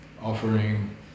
offering